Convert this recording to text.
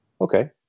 Okay